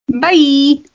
Bye